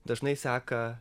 dažnai seka